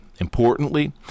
Importantly